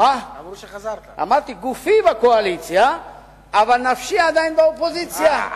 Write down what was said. אמרתי: גופי בקואליציה אבל נפשי עדיין באופוזיציה.